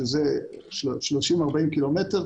שזה 40-30 קילומטרים,